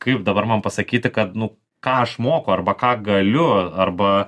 kaip dabar man pasakyti kad nu ką aš moku arba ką galiu arba